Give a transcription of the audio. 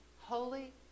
holy